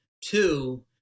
Two